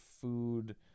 food